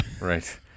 Right